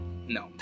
No